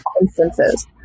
instances